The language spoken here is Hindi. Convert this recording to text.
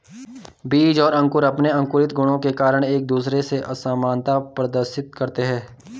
बीज और अंकुर अंपने आतंरिक गुणों के कारण एक दूसरे से असामनता प्रदर्शित करते हैं